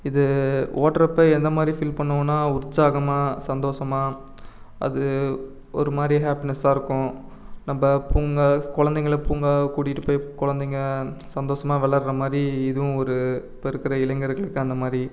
இது ஓட்டுறப்ப எந்தமாதிரி ஃபீல் பண்ணுவோன்னால் உற்சாகமாக சந்தோஷமா அது ஒருமாதிரி ஹேப்பினஸாக இருக்கும் நம்ம பூங்கா குழந்தைங்கள பூங்காவுக்கு கூட்டிகிட்டு போய் குழந்தைங்க சந்தோஷமா வெளாடற மாதிரி இதுவும் ஒரு இப்போருக்குற இளைஞர்களுக்கு அந்தமாதிரி